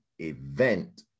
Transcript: event